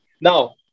now